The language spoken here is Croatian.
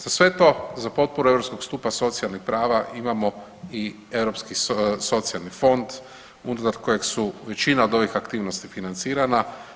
Za sve to za potporu Europskog stupa socijalnih prava imamo i Europski socijalni fond unutar kojeg su većina od ovih aktivnosti financirana.